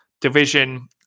Division